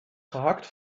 gehakt